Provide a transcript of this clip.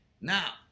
now